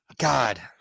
God